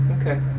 Okay